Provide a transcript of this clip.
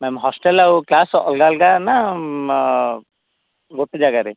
ma'am hostel ଆଉ class ଅଲଗା ଅଲଗା ନା ଗୋଟେ ଜାଗାରେ